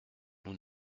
nous